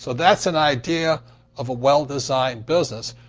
so that's an idea of a well-designed business,